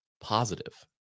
positive